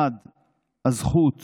הזכות